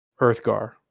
Earthgar